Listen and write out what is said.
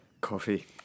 Coffee